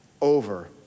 over